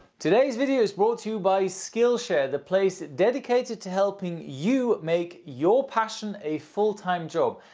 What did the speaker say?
today's video is brought to you by skillshare the place dedicated to helping you make your passion a full-time job,